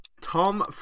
Tom